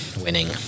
winning